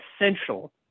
essential